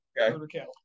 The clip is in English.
Okay